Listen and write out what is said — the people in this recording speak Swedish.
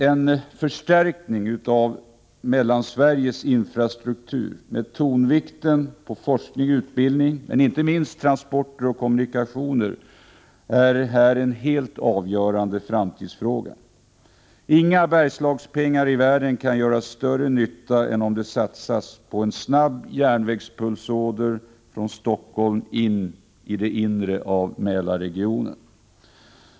En förstärkning av Mellansveriges infrastruktur med tonvikten på forskning, utbildning och inte minst transporter och kommunikationer är en helt avgörande framtidsfråga. Inga Bergslagspengar i världen kan göra större nytta än om de satsas på en snabb järnvägspulsåder från Stockholm in i det inre av Mälarregionen.